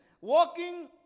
walking